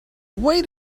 where